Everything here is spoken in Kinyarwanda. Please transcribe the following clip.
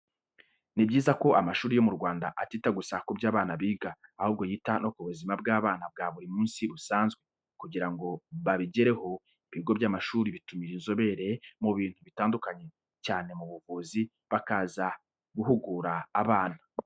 Ni byiza ko amashuri yo mu Rwanda atita gusa ku byo abana biga, ahubwo yita no ku buzima bw'abana bwa buri munsi busanzwe. Kugira ngo babigereho, ibigo by'amashuri bitumira inzobere mu bintu bitandukanye cyane mu buvuzi bakaza guhugura abana.